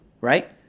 right